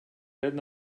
red